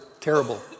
terrible